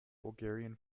bulgarian